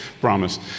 promise